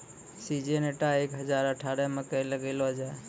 Syngenta एक हजार अठारह मकई लगैलो जाय?